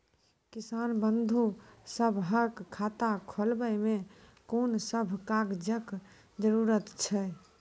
किसान बंधु सभहक खाता खोलाबै मे कून सभ कागजक जरूरत छै?